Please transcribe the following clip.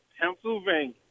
Pennsylvania